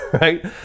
Right